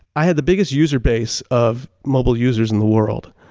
i had the biggest user base of mobile users in the world.